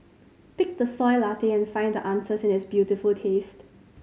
pick the Soy Latte and find the answers in its beautiful taste